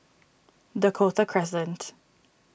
Dakota Crescent